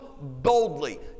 boldly